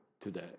today